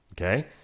Okay